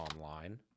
online